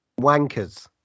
Wankers